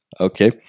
okay